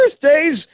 birthdays